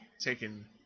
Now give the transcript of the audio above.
taken